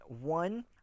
one